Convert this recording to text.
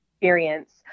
experience